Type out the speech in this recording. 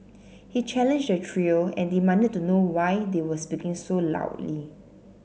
he challenged the trio and demanded to know why they were speaking so loudly